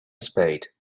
spade